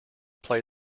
play